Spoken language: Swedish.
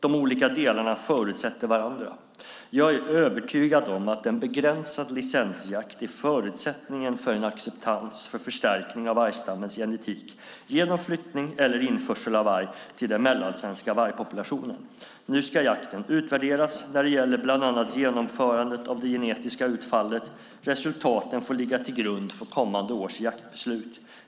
De olika delarna förutsätter varandra. Jag är övertygad om att en begränsad licensjakt är förutsättningen för en acceptans för förstärkning av vargstammens genetik genom flyttning eller införsel av varg till den mellansvenska vargpopulationen. Nu ska jakten utvärderas när det gäller bland annat genomförandet och det genetiska utfallet. Resultaten får ligga till grund för kommande års jaktbeslut.